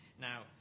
Now